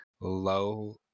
low